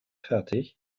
fertig